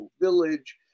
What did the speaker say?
village